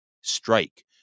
strike